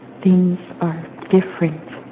things are different,